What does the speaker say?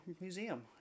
museum